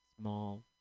small